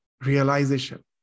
realization